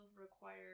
require